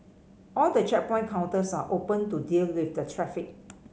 all the checkpoint counters are open to deal with the traffic